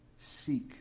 Seek